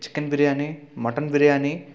chicken biriyani mutton biriyani